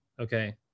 okay